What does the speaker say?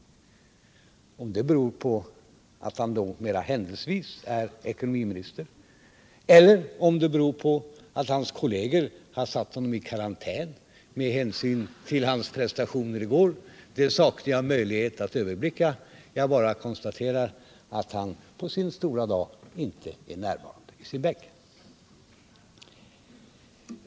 Om det beror på att han mera ”händelsevis” är ekonomiminister eller om det beror på att hans kolleger har satt honom i karantän med hänsyn till hans prestationer i går saknar jag möjlighet att överblicka. Jag bara konstaterar att han på sin stora dag inte är närvarande i sin bänk.